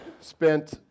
spent